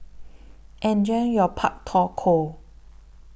Enjoy your Pak Thong Ko